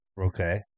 Okay